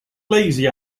lazy